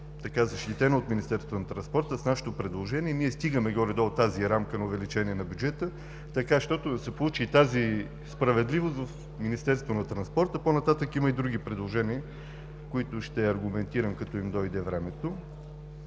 защитено от Министерството на транспорта с нашето предложение, ние стигаме горе-долу тази рамка на увеличение на бюджета, за да се получи тази справедливост в Министерството на транспорта, по-нататък има и други предложения, които ще аргументирам, като им дойде времето.